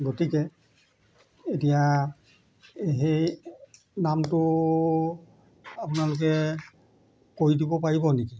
গতিকে এতিয়া সেই নামটো আপোনালোকে কৰি দিব পাৰিব নিকি